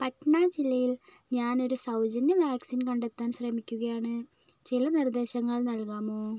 പട്ന ജില്ലയിൽ ഞാൻ ഒരു സൗജന്യ വാക്സിൻ കണ്ടെത്താൻ ശ്രമിക്കുകയാണ് ചില നിർദ്ദേശങ്ങൾ നൽകാമോ